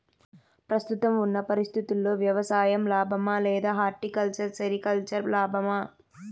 ప్రస్తుతం ఉన్న పరిస్థితుల్లో వ్యవసాయం లాభమా? లేదా హార్టికల్చర్, సెరికల్చర్ లాభమా?